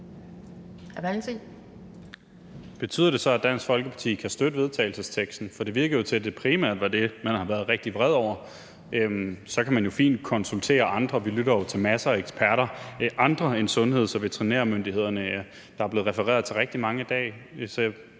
Carl Valentin (SF): Betyder det så, at Dansk Folkeparti kan støtte forslaget til vedtagelse? For det virkede jo til, at det primært var det, man var rigtig vred over. Man kan jo fint konsultere andre; vi lytter jo til masser af eksperter, også andre end sundheds- og veterinærmyndighederne. Der er blevet refereret til rigtig mange i dag.